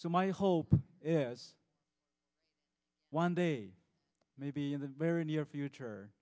so my hope is one day maybe in the very near future